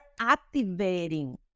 activating